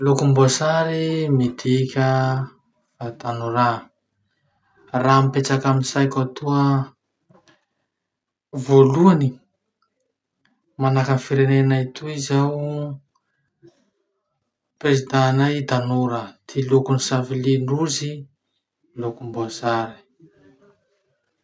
Lokombosary midika hatanorà. Raha mipetraky amy saiko atoa voalohany, manahaky any firenenay toy zao, présdent Nay tanora.